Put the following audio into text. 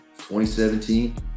2017